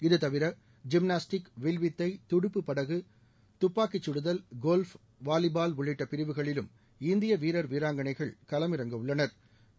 இது தவிர ஜிம்னாஸ்டிக் வில்வித்தை துடுப்பு படகு துப்பாக்கிச் சுடுதல் கல்ஃப் வாலிபால் உள்ளிட்ட பிரிவுகளிலும் இந்திய வீராங்கனைகள் களமிறங்க உள்ளனா்